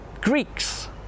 Greeks